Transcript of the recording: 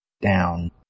down